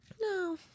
No